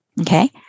Okay